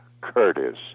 Curtis